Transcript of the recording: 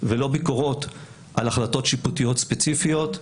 ולא ביקורות על החלטות שיפוטיות ספציפיות.